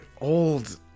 old